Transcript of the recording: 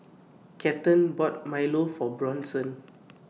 Kathern bought Milo For Bronson